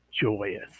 joyous